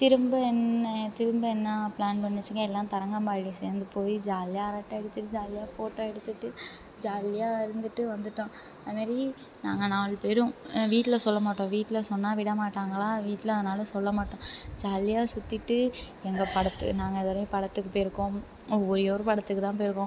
திரும்ப என்ன திரும்ப என்ன ப்ளான் பண்ணுச்சுங்க எல்லாம் தரங்கம்பாடி சேர்ந்து போய் ஜாலியாக அரட்டை அடிச்சுட்டு ஜாலியாக ஃபோட்டோ எடுத்துக்கிட்டு ஜாலியாக இருந்துட்டு வந்துவிட்டோம் அது மாரி நாங்கள் நாலு பேரும் வீட்டில் சொல்ல மாட்டோம் வீட்டில் சொன்னால் விடமாட்டாங்களா வீட்டில் அதனால் சொல்ல மாட்டோம் ஜாலியாக சுத்திட்டு எங்கே படத்து நாங்கள் இது வரையும் படத்துக்குப் போய்ருக்கோம் ஒரேயொரு படத்துக்குத் தான் போய்ருக்கோம்